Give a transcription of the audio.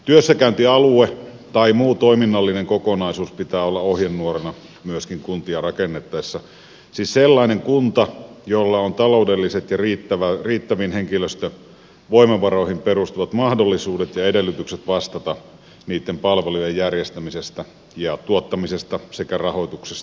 työssäkäyntialue tai muu toiminnallinen kokonaisuus pitää olla ohjenuorana myöskin kuntia rakennettaessa siis sellainen kunta jolla on taloudelliset ja riittäviin henkilöstövoimavaroihin perustuvat mahdollisuudet ja edellytykset vastata niitten palvelujen järjestämisestä ja tuottamisesta sekä rahoituksesta